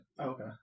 Okay